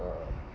uh